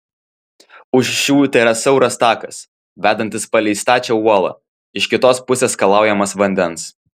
už šių tėra siauras takas vedantis palei stačią uolą iš kitos pusės skalaujamas vandens